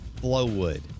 Blowwood